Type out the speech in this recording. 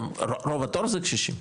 גם רוב התור זה קשישים,